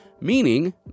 meaning